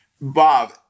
Bob